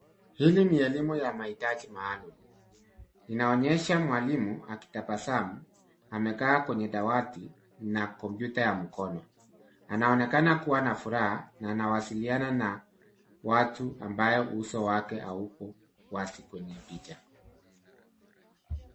Hii ni elimu ya mahitaji maalum. Inaonyesha mwalimu akitabasamu, amekaa kwenye dawati na kompyuta ya mkono, anaonekana kuwa na furaha na wanawasiliana na watu ambayo uso wake haupo wazi kwenye picha.